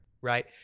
right